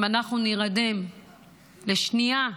אם אנחנו נירדם לשנייה,